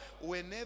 Whenever